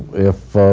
if